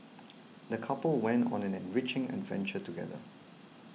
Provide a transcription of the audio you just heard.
the couple went on an enriching adventure together